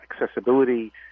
accessibility